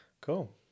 Cool